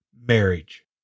marriage